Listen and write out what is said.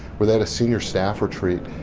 where they had a senior staff retreat,